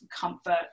comfort